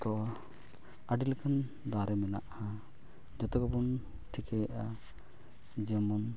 ᱛᱳ ᱟᱹᱰᱤ ᱞᱮᱠᱟᱱ ᱫᱟᱨᱮ ᱢᱮᱱᱟᱜᱼᱟ ᱡᱚᱛᱚ ᱜᱮᱵᱚᱱ ᱴᱷᱤᱠᱟᱹᱦᱭᱮᱫᱼᱟ ᱡᱮᱢᱚᱱ